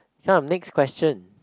come next question